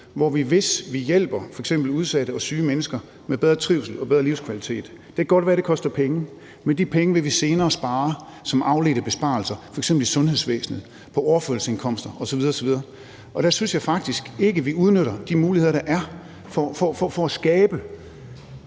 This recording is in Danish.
vi kan hjælpe f.eks. udsatte og syge mennesker til bedre trivsel og bedre livskvalitet. Det kan godt være, det koster penge, men de penge vil vi senere spare som afledte besparelser, f.eks. i sundhedsvæsenet, på overførselsindkomster osv. osv. Og der synes jeg faktisk ikke, vi udnytter de muligheder, der er for at skabe